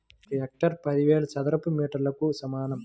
ఒక హెక్టారు పదివేల చదరపు మీటర్లకు సమానం